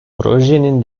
projenin